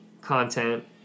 content